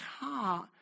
heart